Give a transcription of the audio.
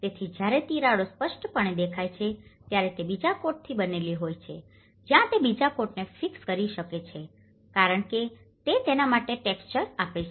તેથી જ્યારે તિરાડો સ્પષ્ટપણે દેખાય છે ત્યારે તે બીજા કોટથી બનેલી હોય છે જ્યાં તે બીજા કોટને ફિક્સ કરી શકે છે કારણ કે તે તેના માટે ટેક્સચર આપે છે